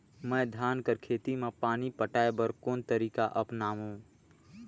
मैं धान कर खेती म पानी पटाय बर कोन तरीका अपनावो?